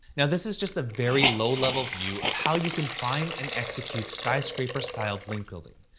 now, this is just a very low-level view of how you can find and execute skyscraper styled link building,